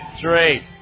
three